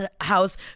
house